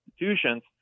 institutions